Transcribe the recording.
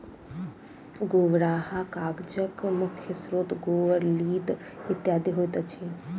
गोबराहा कागजक मुख्य स्रोत गोबर, लीद इत्यादि होइत अछि